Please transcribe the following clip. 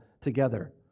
together